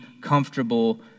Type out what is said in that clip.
comfortable